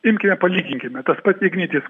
imkime palyginkime tas pats ignitis